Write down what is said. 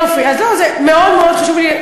אבל כן חשוב לי,